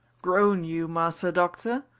groan you, master doctor?